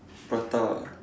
prata